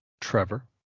Trevor